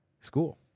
school